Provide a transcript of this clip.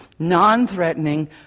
non-threatening